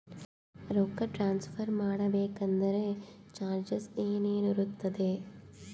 ರೊಕ್ಕ ಟ್ರಾನ್ಸ್ಫರ್ ಮಾಡಬೇಕೆಂದರೆ ಚಾರ್ಜಸ್ ಏನೇನಿರುತ್ತದೆ?